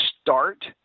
Start